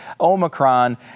Omicron